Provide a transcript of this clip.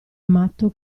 matto